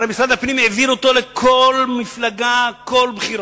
הרי משרד הפנים העביר אותו לכל מפלגה, כל בחירות.